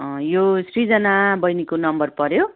अँ यो सृजना बैनीको नम्बर पर्यो